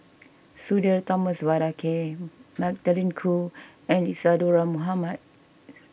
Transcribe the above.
Sudhir Thomas Vadaketh Magdalene Khoo and Isadhora Mohamed